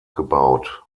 gebaut